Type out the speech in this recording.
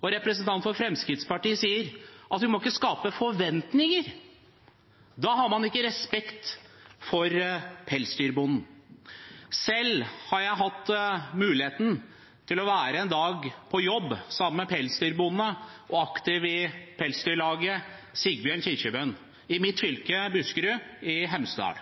en representant fra Fremskrittspartiet, sier at vi ikke må skape forventninger. Da har man ikke respekt for pelsdyrbonden. Selv har jeg hatt muligheten til å være en dag på jobb sammen med en pelsdyrbonde som er aktiv i Norges Pelsdyralslag, Sigbjørn Kirkebøen, i mitt fylke Buskerud, i Hemsedal.